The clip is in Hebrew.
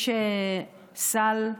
יש סל,